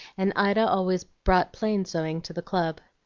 and ida always brought plain sewing to the club.